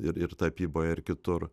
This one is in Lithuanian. ir ir tapyboje ir kitur